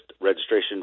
registration